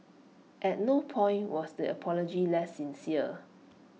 at no point was the apology less sincere